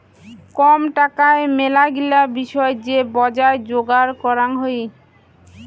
কম টাকায় মেলাগিলা বিষয় যে বজার যোগার করাং হই